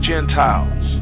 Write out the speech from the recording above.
Gentiles